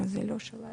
זה לא שאלה אלי.